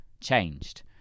changed